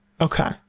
Okay